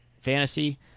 fantasy